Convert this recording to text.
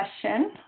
question